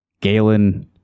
galen